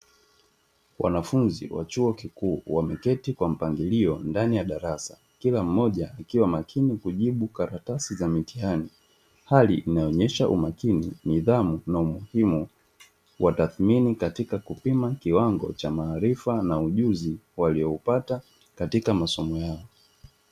Wanafunzi wa chuo kikuu wameketi kwa mpangilio ndani ya darasa kila mmoja akiwa makini kujibu karatasi za mitihani, hali inayoonyesha umakini, nidhamu na umuhimu wa tathmini katika kupima kiwango cha maarifa na ujuzi walioupata katika masomo yao.